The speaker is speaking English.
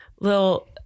little